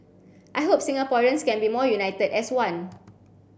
I hope Singaporeans can be more united as one